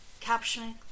captioning